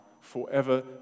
forever